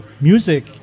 music